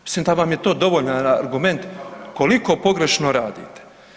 Mislim da vam je to dovoljan argument koliko pogrešno radite.